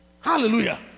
Hallelujah